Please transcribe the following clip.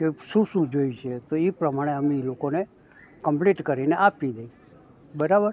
કે શું શું જોઈશે તો એ પ્રમાણે અમે એ લોકોને કંપલીટ કરીને આપી દઈ બરાબર